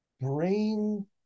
brain